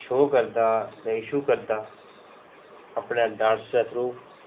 show करदा ते issue करदा अपने डांस दे थ्रू